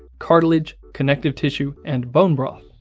cartilage, connective tissue, and bone broth.